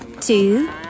two